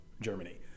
Germany